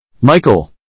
Michael